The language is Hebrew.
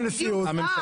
שם והקשבתי.